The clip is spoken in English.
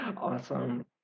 Awesome